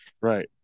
Right